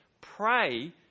pray